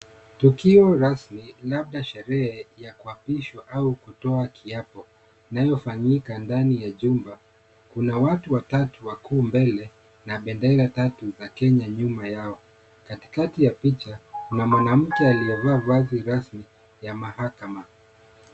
Tukio rasmi labda sherehe labda ya kuapishwa au kutoa kiapo inayofanyika ndani ya jumba, kuna watu watatu wakuu mbele na bendera tatu za Kenya nyuma yao, katikati ya picha kuna mwanamke aliyevaa vazi rasmi ya mahakama.